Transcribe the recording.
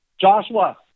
Joshua